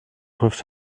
prüft